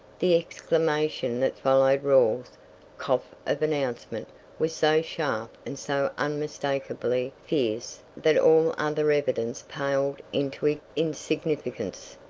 the exclamation that followed rawles's cough of announcement was so sharp and so unmistakably fierce that all other evidence paled into insignificance.